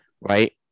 right